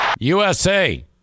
USA